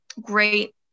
great